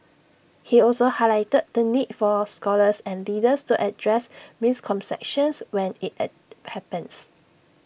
he also highlighted the need for scholars and leaders to address misconceptions when IT and happens